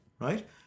Right